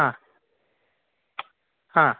हा हा